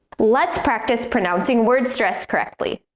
let's practice pronouncing word stress correctly.